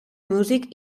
músic